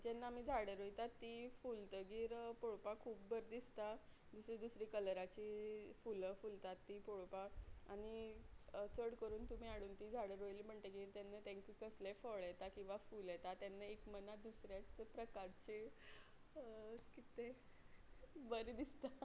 जेन्ना आमी झाडां रोयतात ती फुलतगीर पळोवपाक खूब बरें दिसता दुसरी दुसरी कलराची फुलां फुलतात ती पळोवपाक आनी चड करून तुमी हाडून ती झाडां रोयली म्हणटगीर तेन्ना तांकां कसले फळ येता किंवां फूल येता तेन्ना एक मना दुसऱ्याच प्रकारची कितें तें बरें दिसता